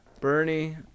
Bernie